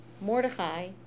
Mordecai